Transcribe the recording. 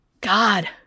God